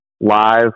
live